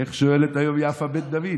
איך שואלת היום יפה בן דוד?